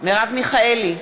מרב מיכאלי,